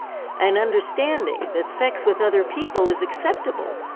an understanding, that sex with other people is acceptable,